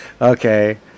Okay